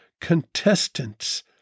contestants